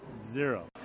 Zero